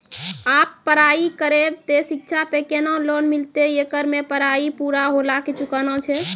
आप पराई करेव ते शिक्षा पे केना लोन मिलते येकर मे पराई पुरा होला के चुकाना छै?